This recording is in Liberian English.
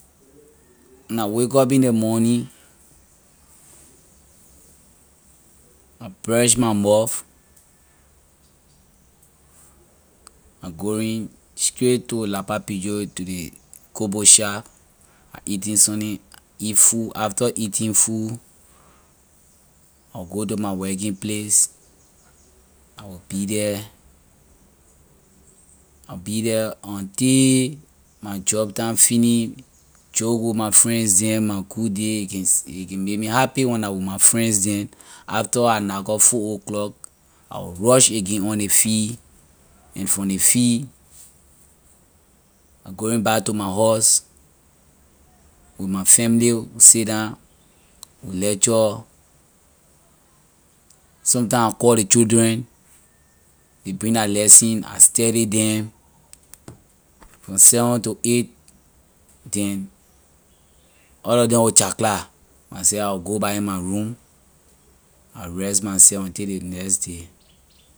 when I wake up in the morning I brush my mouth I going straight to lappa be door to ley cook bowl shop I eating sunni eat food after eating food I go to my working place I will be the I be the until my job time finish joke with my friends them my good day a can a can make me happy when I with my friends them after I knack up four o'clock, I will rush again on ley field and from ley field I going back to my house with my family we sit down we lecture some time I call ley children ley bring la lesson I study them from seven to eight then all loe them will chakla myself I will go back in my room I rest myself until ley next day.